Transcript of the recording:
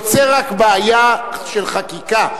זה יוצר רק בעיה של חקיקה,